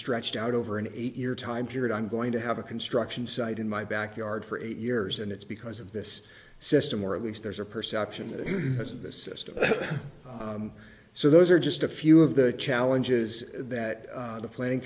stretched out over an eight year time period i'm going to have a construction site in my backyard for eight years and it's because of this system or at least there's a perception that it has of the system so those are just a few of the challenges that the planning